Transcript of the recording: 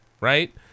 right